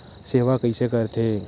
सेवा कइसे करथे?